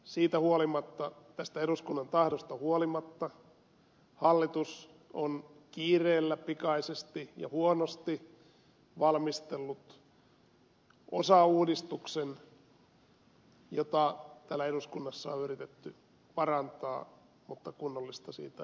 siitä huolimatta tästä eduskunnan tahdosta huolimatta hallitus on kiireellä pikaisesti ja huonosti valmistellut osauudistuksen jota täällä eduskunnassa on yritetty parantaa mutta kunnollista siitä ei ole saatu